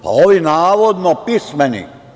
Pa ovi navodno pismeni.